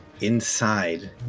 Inside